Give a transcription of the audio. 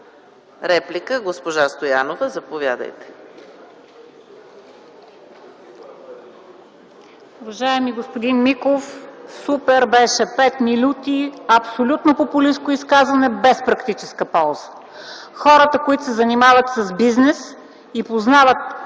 Реплики? Госпожо Стоянова, заповядайте